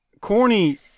Corny